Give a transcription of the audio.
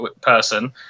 person